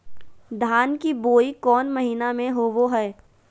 धान की बोई कौन महीना में होबो हाय?